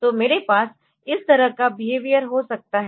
तो मेरे पास इस तरह का बेहेवियर हो सकता है